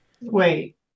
wait